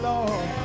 Lord